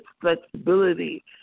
flexibility